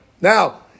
Now